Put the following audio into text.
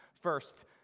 First